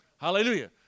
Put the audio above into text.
Hallelujah